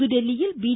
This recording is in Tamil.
புதுதில்லியில் பி